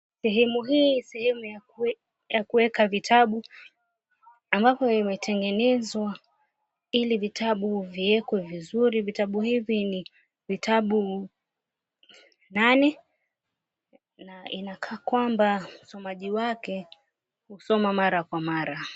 Sehemu hii ni sehemu ya kuweka vitabu, ambapo imetengenezwa ili vitabu viekwe vizuri. Vitabu hivi ni vitabu nane, na inakaa kwamba msomaji wake husoma mara kwa mara.